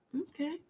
okay